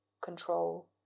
control